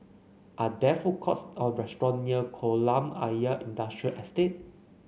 are there food courts or restaurants near Kolam Ayer Industrial Estate